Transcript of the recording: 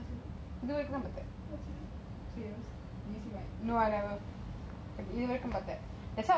do you see my